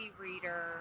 reader